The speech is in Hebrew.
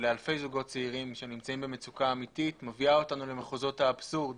לאלפי זוגות צעירים שנמצאים במצוקה אמיתית מביא אותנו למחוזות האבסורד